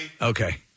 Okay